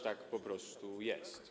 Tak po prostu jest.